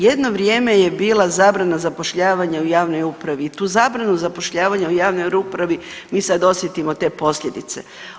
Jedno vrijeme je bila zabrana zapošljavanja u javnoj upravi i tu zabranu zapošljavanja u javnoj upravi mi sad osjetimo te posljedice.